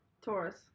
Taurus